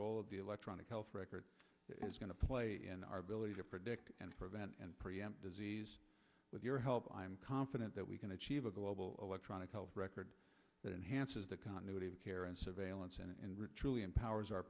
role of the electronic health record is going to play in our ability to predict and prevent and preempt disease with your help i am confident that we can achieve a global of electronic health record that enhances the continuity of care and surveillance and are truly empowers our